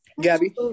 gabby